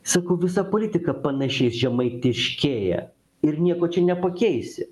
sakau visa politika panaši ir žemaitiškėja ir nieko čia nepakeisi